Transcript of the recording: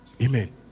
Amen